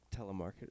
telemarketing –